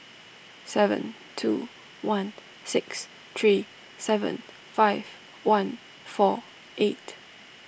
seven two one six three seven five one four eight